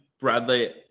Bradley